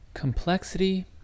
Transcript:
Complexity